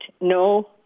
no